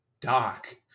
doc